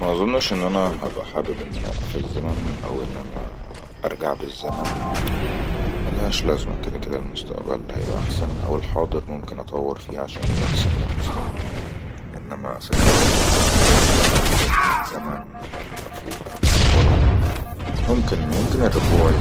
ما اظنش ان انا هبقى حابب ان انا اوئف الزمن او ان انا ارجع بالزمن ملهاش لازمه كدا كدا المستأبل هيبأى أحسن او الحاضر ممكن اطور فيه عشان يبقى أحسن للمستئبل انما فكرة ان انا العب في الزمن او اوأفو وارجع لورا ممكن ممكن الرجوع يبقى أحسن